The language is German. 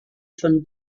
von